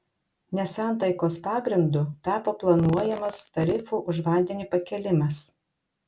nesantaikos pagrindu tapo planuojamas tarifų už vandenį pakėlimas